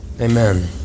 Amen